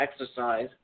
exercise